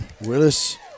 Willis